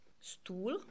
stool